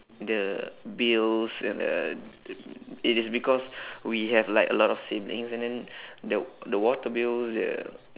the bills and the it is because we have like a lot of siblings and then the the water bills the